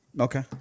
Okay